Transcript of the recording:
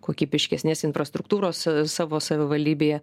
kokybiškesnės infrastruktūros savo savivaldybėje